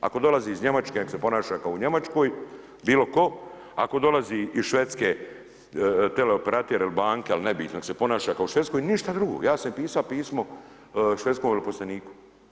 Ako dolazi iz Njemačke, ako se ponaša ko u Njemačkoj bilo tko, ako dolazi iz Švedske teleoperatera ili banka ili nebitno ako se ponaša kao u Švedskoj, ništa drugo, ja sam pisao pismo švedskom veleposlaniku.